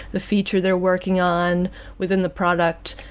the feature they're working on within the product,